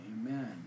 amen